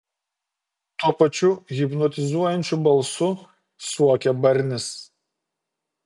tuo pačiu hipnotizuojančiu balsu suokė barnis